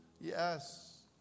Yes